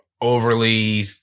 overly